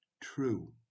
true